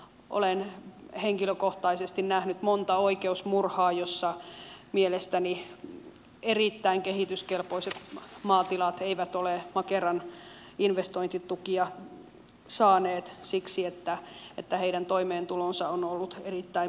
olen henkilökohtaisesti nähnyt monta oikeusmurhaa joissa mielestäni erittäin kehityskelpoiset maatilat eivät ole makeran investointitukia saaneet siksi että heidän toimeentulonsa on ollut erittäin monialaista